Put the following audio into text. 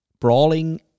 Brawling